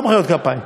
לא מחיאות כפיים,